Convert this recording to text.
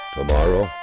Tomorrow